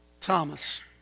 Thomas